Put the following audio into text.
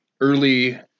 early